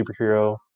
superhero